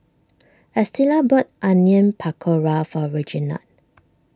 Estela bought Onion Pakora for Reginald